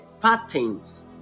patterns